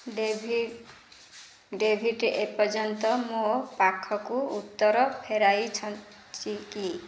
David ଏପର୍ଯ୍ୟନ୍ତ ମୋ ପାଖକୁ ଉତ୍ତର ଫେରାଇଛନ୍ତି କି